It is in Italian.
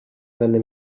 venne